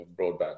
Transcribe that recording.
broadband